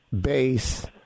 base